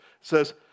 says